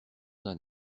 d’un